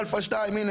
"אלפא 2". הנה,